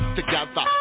together